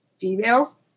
female